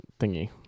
thingy